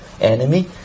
enemy